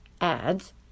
adds